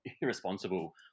irresponsible